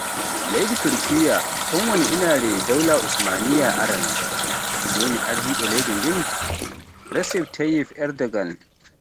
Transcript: Leydi Turkiyya ton wani inaare daula Usmaniyya araanon, joni ardiɗo leydi ndin Recep Tayyib Erdogan.